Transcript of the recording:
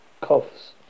coughs